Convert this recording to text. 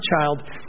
child